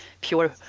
pure